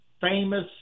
famous